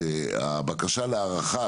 הבקשה להארכה